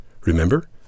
Remember